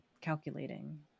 calculating